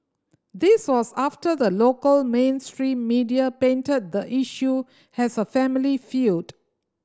this was after the local mainstream media painted the issue has a family feud